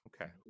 Okay